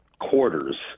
quarters